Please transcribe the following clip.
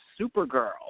Supergirl